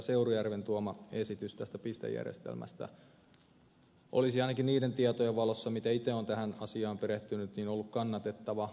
seurujärven tuoma esitys tästä pistejärjestelmästä olisi ainakin niiden tietojen valossa mitä itse olen tähän asiaan perehtynyt ollut kannatettava